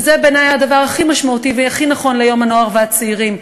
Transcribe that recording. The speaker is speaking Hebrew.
שבעיני היא הדבר הכי משמעותי והכי נכון ליום הנוער והצעירים.